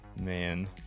man